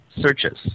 searches